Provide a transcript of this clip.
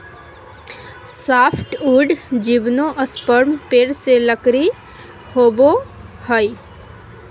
softwood gymnosperm पेड़ से लकड़ी होबो हइ